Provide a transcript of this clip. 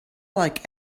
like